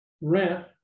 rent